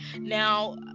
now